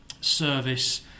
service